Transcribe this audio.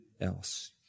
else